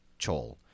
Chol